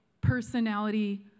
personality